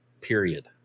period